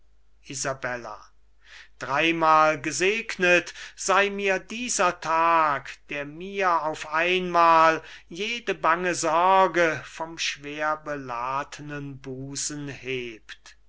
dreimal gesegnet sei mir dieser tag der mir auf einmal jede bange sorge vom schwer beladnen busen hebt gegründet